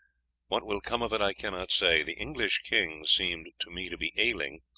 what will come of it i cannot say. the english king seemed to me to be ailing,